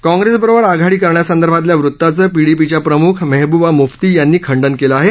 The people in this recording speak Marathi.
काँग्रेसबरोबर आघाडी करण्यासंदर्भातल्या वृत्ताचं पीडीपीच्या प्रमुख मेहबुबा मुफ्ती यांनी खंडन केलं आहे